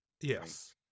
Yes